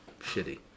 shitty